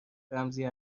رمزی